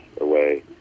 away